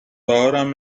بهارم